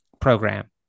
program